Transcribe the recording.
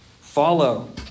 Follow